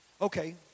Okay